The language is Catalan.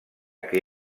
que